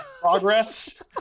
progress